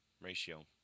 ratio